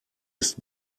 ist